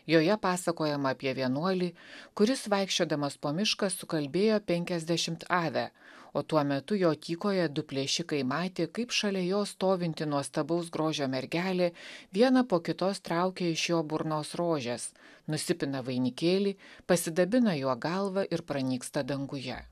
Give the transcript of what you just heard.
joje pasakojama apie vienuolį kuris vaikščiodamas po mišką sukalbėjo penkiasdešimt ave o tuo metu jo tykojo du plėšikai matė kaip šalia jo stovinti nuostabaus grožio mergelė vieną po kitos traukė iš jo burnos rožės nusipina vainikėlį pasidabina juo galvą ir pranyksta danguje